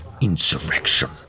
insurrection